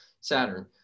Saturn